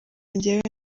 njyewe